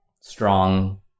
strong